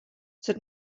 sed